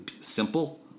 Simple